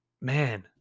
man